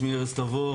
שמי ארז תבור,